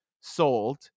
sold